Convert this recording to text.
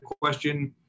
question